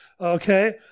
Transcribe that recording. okay